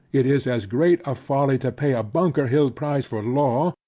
it is as great a folly to pay a bunker-hill price for law,